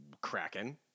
kraken